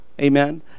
Amen